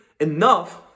enough